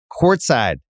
courtside